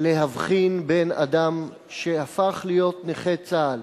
להבחין בין אדם שהפך להיות נכה צה"ל